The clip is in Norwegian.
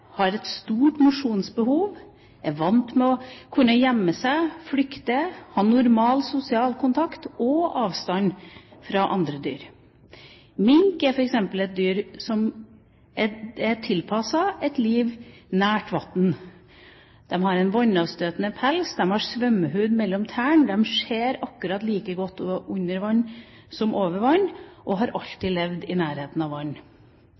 har et stort mosjonsbehov, er vant med å kunne gjemme seg, flykte, ha normal sosial kontakt og avstand fra andre dyr. Mink er f.eks. et dyr som er tilpasset et liv nær vann. De har vannavstøtende pels, de har svømmehud mellom tærne. De ser akkurat like godt under vann som over vann, og de har alltid levd i nærheten av vann.